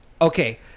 Okay